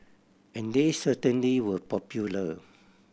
and they certainly were popular